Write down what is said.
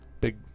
Big